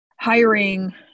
hiring